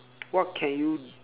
what can you